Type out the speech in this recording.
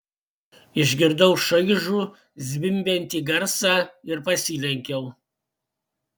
išgirdau šaižų zvimbiantį garsą ir pasilenkiau